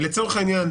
--- לצורך העניין,